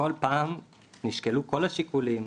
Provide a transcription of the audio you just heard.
כל פעם נשקלו כל השיקולים,